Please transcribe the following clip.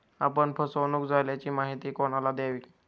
आपण फसवणुक झाल्याची माहिती कोणाला द्यावी?